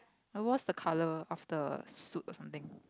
and what's the colour of the soup or something